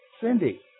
Cindy